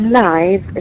live